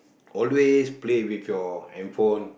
always play with your handphone